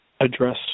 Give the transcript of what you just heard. address